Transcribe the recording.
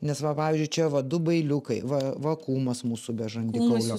nes va pavyzdžiui čia va du bailiukai va va kūmas mūsų be žandikaulio